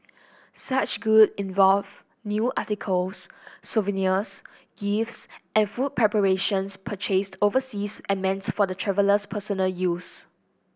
such good involve new articles souvenirs gifts and food preparations purchased overseas and meant for the traveller's personal use